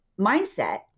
mindset